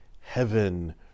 heaven